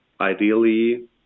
ideally